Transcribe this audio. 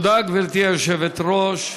גברתי היושבת-ראש,